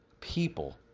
people